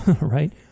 right